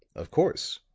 of course,